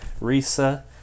Risa